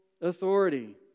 authority